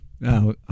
Now